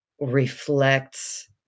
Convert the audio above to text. reflects